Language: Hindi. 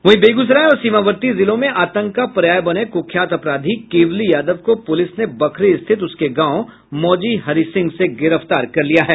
वहीं बेगूसराय और सीमावर्ती जिलों में आतंक का पर्याय बने कुख्यात अपराधी केवली यादव को पुलिस ने बखरी स्थित उसके गांव मौजी हरिसिंह से गिरफ्तार कर लिया है